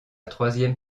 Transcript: troisième